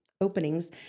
openings